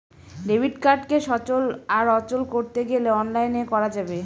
debit কার্ডকে সচল আর অচল করতে গেলে অনলাইনে করা যাবে